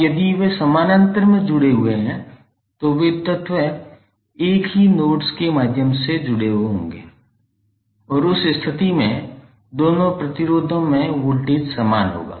अब यदि वे समानांतर में जुड़े हुए हैं तो ये तत्व एक ही दो नोड्स के माध्यम से जुड़े होंगे और उस स्थिति में दोनों प्रतिरोधों में वोल्टेज समान होगा